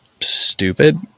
stupid